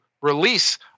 release